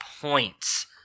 points